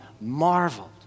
marveled